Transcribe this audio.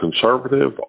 conservative